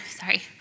sorry